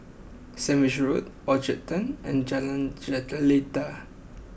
Sandwich Road Orchard Turn and Jalan Jelita